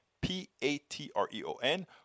P-A-T-R-E-O-N